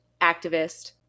activist